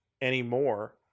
anymore